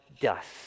dust